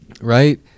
Right